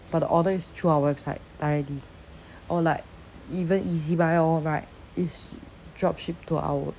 but the order is through our website directly or like even ezbuy orh like it's job shipped to our